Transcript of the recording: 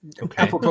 Okay